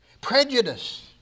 Prejudice